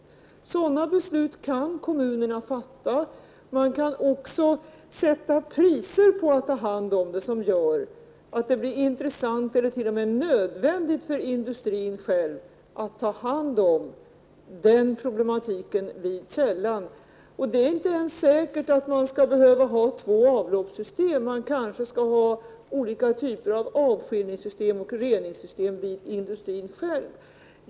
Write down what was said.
Kommunerna kan alltså fatta sådana beslut. De kan också sätta priser som gör att det blir intressant eller t.o.m. nödvändigt för industrin själv att ta hand om de giftiga ämnena vid källan. Det är inte säkert att det behövs två avloppssystem. Man kan i stället tänka sig olika typer av avskiljningssystem och reningssystem vid industrin.